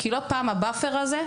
כי לא פעם ה- buffer הזה,